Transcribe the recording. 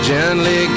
Gently